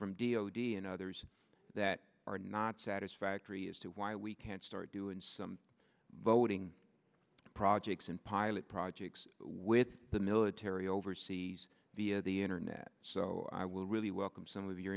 from d o d and others that are not satisfactory as to why we can't start do and some boating projects and pilot projects with the military overseas via the internet so i will really welcome some of your